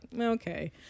okay